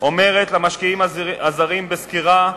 אומרת למשקיעים הזרים בסקירה: